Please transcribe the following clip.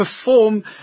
perform